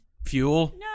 Fuel